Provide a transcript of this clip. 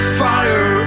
fire